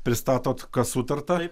pristatot kas sutarta